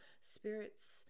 spirits